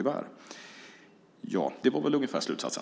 Det här var väl ungefär slutsatsen.